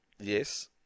Yes